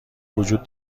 وجود